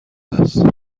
هست